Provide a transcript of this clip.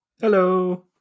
Hello